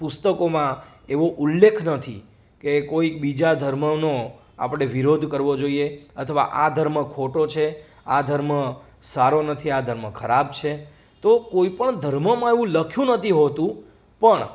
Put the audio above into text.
પુસ્તકોમાં એવો ઉલ્લેખ નથી કે કોઈ બીજા ધર્મનો આપણે વિરોધ કરવો જોઈએ અથવા આ ધર્મ ખોટો છે આ ધર્મ સારો નથી આ ધર્મ ખરાબ છે તો કોઈ પણ ધર્મોમાં એવું લખ્યું નથી હોતું પણ